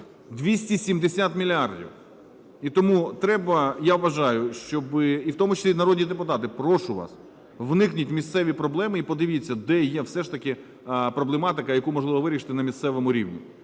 270 мільярдів. І тому треба, я вважаю, щоб і, в тому числі народні депутати, прошу вас, вникніть у місцеві проблеми і подивіться, де є все ж таки проблематика, яку можливо вирішити на місцевому рівні.